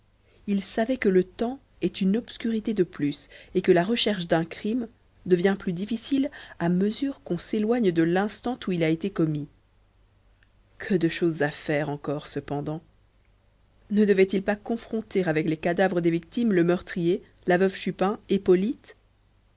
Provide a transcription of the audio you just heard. il savait que le temps est une obscurité de plus et que la recherche d'un crime devient plus difficile à mesure qu'on s'éloigne de l'instant où il a été commis que de choses à faire encore cependant ne devait-il pas confronter avec les cadavres des victimes le meurtrier la veuve chupin